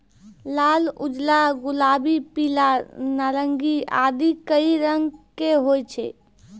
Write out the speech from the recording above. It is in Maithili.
लाल, उजला, गुलाबी, पीला, नारंगी आदि कई रंग के होय छै